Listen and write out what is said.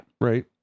Right